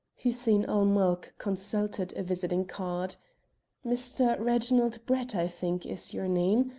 hussein-ul-mulk consulted a visiting card mr. reginald brett, i think, is your name?